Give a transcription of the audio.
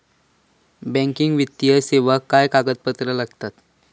Banking वित्तीय सेवाक काय कागदपत्र लागतत?